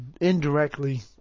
indirectly